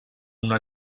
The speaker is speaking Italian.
una